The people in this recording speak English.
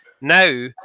Now